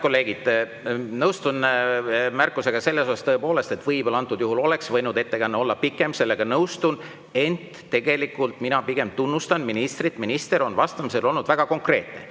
Head kolleegid, nõustun märkusega selles osas, et tõepoolest võib-olla antud juhul oleks võinud ettekanne olla pikem. Sellega nõustun, ent tegelikult mina pigem tunnustan ministrit. Minister on vastamisel olnud väga konkreetne.